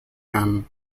him